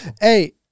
Hey